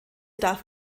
darf